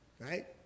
Right